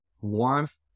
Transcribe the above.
Warmth